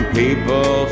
people